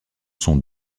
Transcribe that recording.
sont